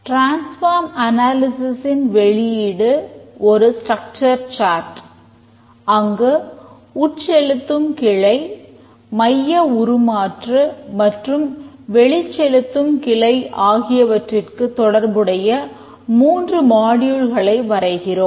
transform analysis வரைகிறோம்